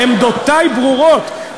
עמדותי ברורות.